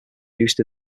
produced